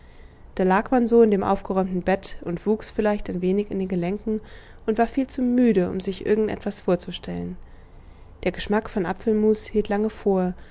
da lag man so in dem aufgeräumten bett und wuchs vielleicht ein wenig in den gelenken und war viel zu müde um sich irgend etwas vorzustellen der geschmack vom apfelmus hielt lange vor